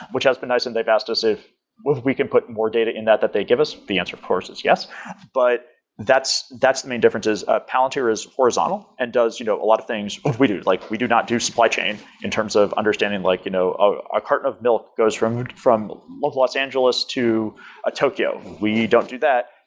which has been nice and they've asked us if we can put more data in that that they give us. the answer, of course is yes but that's that's the main differences. palantir is horizontal and does you know a lot of things we do. like we do not do supply chain in terms of understanding like you know a carton of milk goes from from los angeles to tokyo. we don't do that,